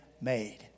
made